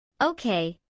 Okay